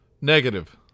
Negative